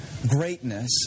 Greatness